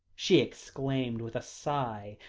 she exclaimed with a sigh,